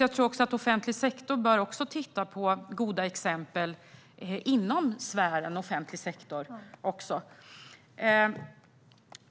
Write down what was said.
Jag tror alltså att offentlig sektor bör titta på goda exempel även inom sfären offentlig sektor.